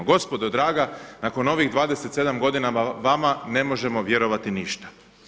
Gospodo draga, nakon ovih 27 godina vama ne možemo vjerovati ništa.